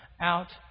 out